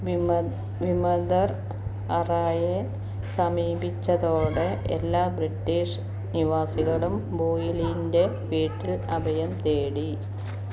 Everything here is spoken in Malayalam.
വിമതർ അറായെ സമീപിച്ചതോടെ എല്ലാ ബ്രിട്ടീഷ് നിവാസികളും ബോയിലിന്റെ വീട്ടിൽ അഭയം തേടി